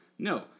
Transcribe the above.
No